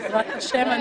בעזרת השם,